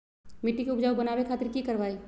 मिट्टी के उपजाऊ बनावे खातिर की करवाई?